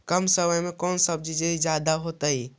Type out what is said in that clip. कम समय में कौन से सब्जी ज्यादा होतेई?